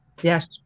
Yes